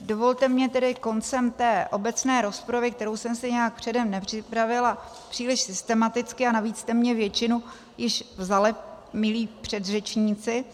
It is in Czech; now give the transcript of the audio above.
Dovolte mi tedy koncem obecné rozpravy, kterou jsem si nijak předem nepřipravila příliš systematicky, a navíc jste mi většinu již vzali, milí předřečníci,